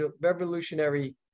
revolutionary